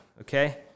okay